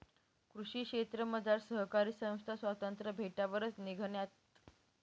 कृषी क्षेत्रमझार सहकारी संस्था स्वातंत्र्य भेटावरच निंघण्यात